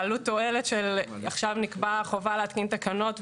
בעלות-תועלת של זה שנקבע עכשיו חובה להתקין תקנות,